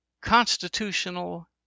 constitutional